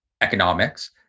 economics